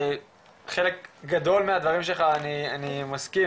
חלק גדול מהדברים שלך אני מסכים,